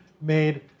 made